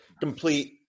Complete